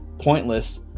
pointless